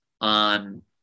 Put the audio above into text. on